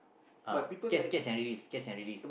uh catch catch and release catch and release